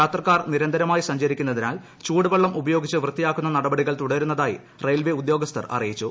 യാത്രക്കാർ നിരന്തരമാ്യി സഞ്ചരിക്കുന്നതിനാൽ ചൂടുവെള്ളം ഉപയോഗിച്ച് വൃത്തിയാക്കുന്ന നടപടികൾ തുടരുന്നതായി റെയിൽവേ ഉദ്യോഗസ്ഥർ അറിയിച്ചു